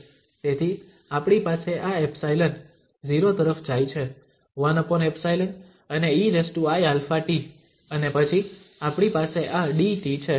તેથી આપણી પાસે આ 𝜖 0 તરફ જાય છે 1𝜖 અને eiαt અને પછી આપણી પાસે આ dt છે